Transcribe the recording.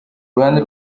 ruhande